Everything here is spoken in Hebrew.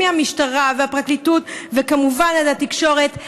מהמשטרה והפרקליטות וכמובן עד התקשורת.